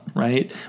right